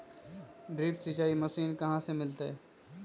Drip सिंचाई machine कहाँ से मिलतै?